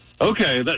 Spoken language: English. Okay